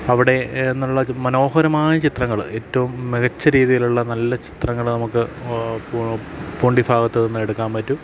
അവിടെ എന്നുള്ള മനോഹരമായ ചിത്രങ്ങൾ ഏറ്റവും മികച്ച രീതിയിലുള്ള നല്ല ചിത്രങ്ങൾ നമുക്ക് പൂണ്ടി ഭാഗത്ത് നിന്ന് എടുക്കാൻ പറ്റും